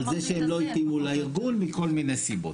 על זה שהם לא התאימו לארגון מכל מיני סיבות.